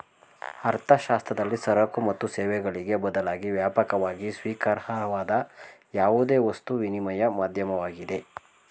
ಅರ್ಥಶಾಸ್ತ್ರದಲ್ಲಿ ಸರಕು ಮತ್ತು ಸೇವೆಗಳಿಗೆ ಬದಲಾಗಿ ವ್ಯಾಪಕವಾಗಿ ಸ್ವೀಕಾರಾರ್ಹವಾದ ಯಾವುದೇ ವಸ್ತು ವಿನಿಮಯ ಮಾಧ್ಯಮವಾಗಿದೆ